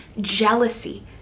jealousy